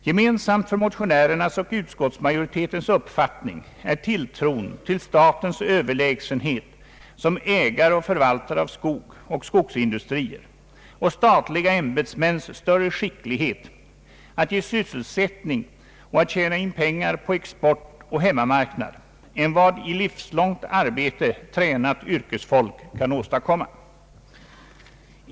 Gemensam för motionärernas och utskottsmajoritetens uppfattning är tilltron till statens överlägsenhet som ägare och förvaltare av skog och skogsindustrier samt till statliga ämbetsmäns större skicklighet att ge sysselsättning och tjäna in pengar på export och hemmamarknad än vad i livslångt arbete tränat yrkesfolk kan åstadkomma.